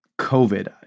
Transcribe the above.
COVID